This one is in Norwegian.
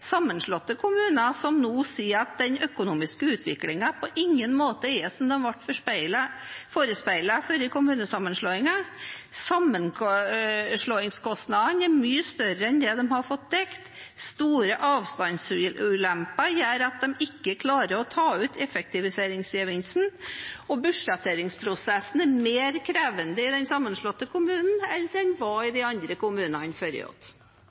sammenslåtte kommuner som nå sier at den økonomiske utviklingen på ingen måte er som de ble forespeilet før kommunesammenslåingen. Sammenslåingskostnadene er mye større enn det de har fått dekket, store avstandsulemper gjør at de ikke klarer å ta ut effektiviseringsgevinsten, og budsjetteringsprosessen er mer krevende i den sammenslåtte kommunen enn den var i de andre kommunene